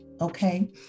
okay